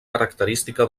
característica